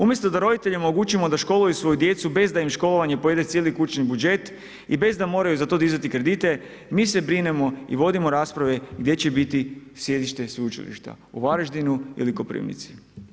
Umjesto da roditeljima omogućimo da školuju svoju djecu, bez da im školovanje pojede cijeli kućni budžet i bez da moraju za to dizati kredite, mi se brinemo i vodimo rasprave, gdje će biti sjedište Sveučilišta, u Varaždinu ili Koprivnici.